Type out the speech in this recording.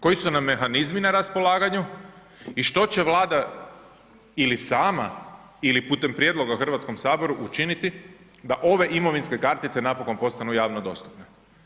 Koji su nam mehanizmi na raspolaganju i što će Vlada ili sama ili putem prijedloga HS-u učiniti da ove imovinske kartice napokon postanu javno dostupne.